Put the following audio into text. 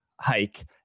hike